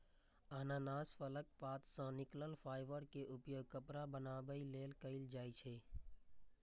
अनानास फलक पात सं निकलल फाइबर के उपयोग कपड़ा बनाबै लेल कैल जाइ छै